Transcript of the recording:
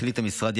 החליט המשרד,